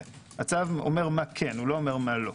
הצו אומר מה כן, לא אומר מה לא.